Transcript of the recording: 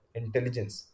intelligence